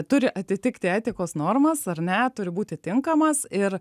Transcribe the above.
turi atitikti etikos normas ar ne turi būti tinkamas ir